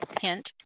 hint